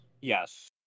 yes